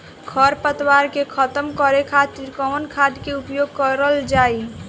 खर पतवार के खतम करे खातिर कवन खाद के उपयोग करल जाई?